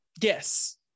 Yes